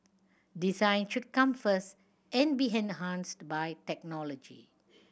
design should come first and be enhanced by technology